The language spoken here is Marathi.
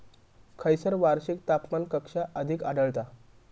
खैयसर वार्षिक तापमान कक्षा अधिक आढळता?